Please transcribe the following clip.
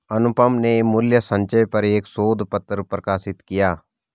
अनुपम ने मूल्य संचय पर एक शोध पत्र प्रकाशित किया